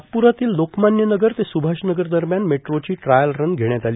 नागपुरातील लोकमान्य नगर ते सुभाषनगर दरम्यान मेट्रोची ट्रायलरन घेण्यात आली